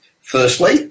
Firstly